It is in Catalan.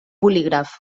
bolígraf